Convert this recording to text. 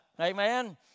Amen